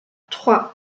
trois